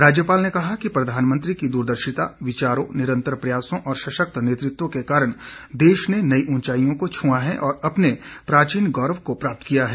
राज्यपाल ने कहा कि प्रधानमंत्री की द्रदर्शिता विचारों निरंतर प्रयासों और सशक्त नेतत्व के कारण देश ने नई ऊंचाइयों को छूआ है और अपने प्राचीन गौरव को प्राप्त किया है